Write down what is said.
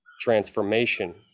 transformation